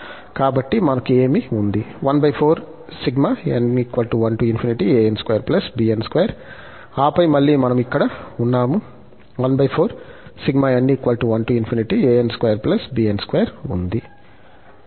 కాబట్టి మనకు ఏమి ఉంది ఆపై మళ్ళీ మనము ఇక్కడ ఉన్నాము ఉంది